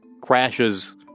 crashes